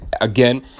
again